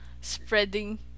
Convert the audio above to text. spreading